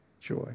joy